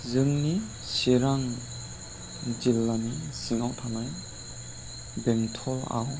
जोंनि चिरां जिल्लानि सिङाव थानाय बेंथलआव